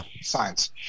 Science